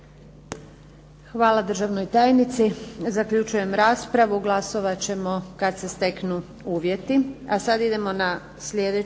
Hvala državnoj tajnici. Zaključujem raspravu. Glasovat ćemo kad se steknu uvjeti.